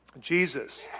Jesus